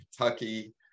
Kentucky